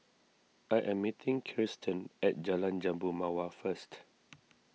I am meeting Kiersten at Jalan Jambu Mawar first